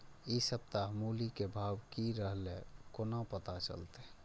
इ सप्ताह मूली के भाव की रहले कोना पता चलते?